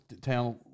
town